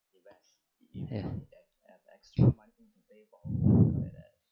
ya